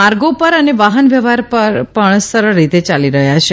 માર્ગો પર અને વાહન વ્યવહાર પણ સરળ રીતે યાલી રહથો છે